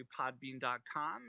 podbean.com